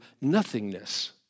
nothingness